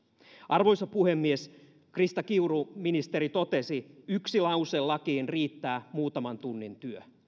arvoisa puhemies ministeri krista kiuru totesi yksi lause lakiin riittää muutaman tunnin työ